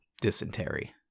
dysentery